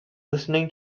listening